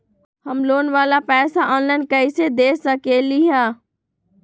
हम लोन वाला पैसा ऑनलाइन कईसे दे सकेलि ह?